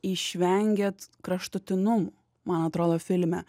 išvengėt kraštutinumų man atrodo filme